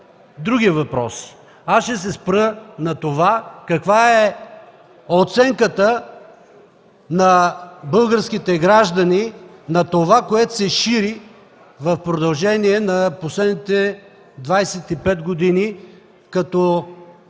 други въпроси. Ще се спра на това каква е оценката на българските граждани на това, което се шири в продължение на последните 25 години като